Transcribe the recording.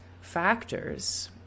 factors